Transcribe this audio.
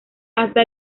hasta